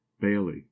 Bailey